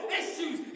issues